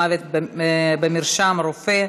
מוות במרשם רופא),